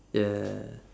yeah